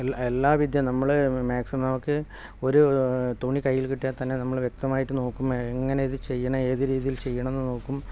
എല്ലാ വിദ്യ നമ്മൾ മാക്സിമം നമുക്ക് ഒരു തുണി കയ്യിൽ കിട്ടിയാൽ തന്നെ നമ്മൾ വ്യക്തമായിട്ട് നോക്കും എങ്ങനെ ഇത് ചെയ്യണം ഏത് രീതിയിൽ ചെയ്യണമെന്ന് നോക്കും